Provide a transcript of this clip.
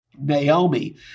Naomi